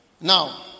Now